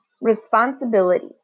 Responsibility